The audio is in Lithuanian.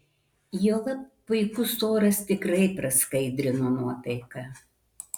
juolab puikus oras tikrai praskaidrino nuotaiką